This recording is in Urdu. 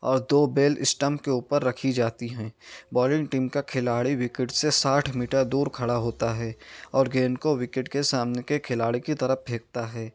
اور دو بیل اسٹمپ کے اوپر رکھی جاتی ہیں بالنگ ٹیم کا کھلاڑی وکٹ سے ساٹھ میٹر دور کھڑا ہوتا ہے اور گیند کو وکٹ کے سامنے کے کھلاڑی کی طرف پھینکتا ہے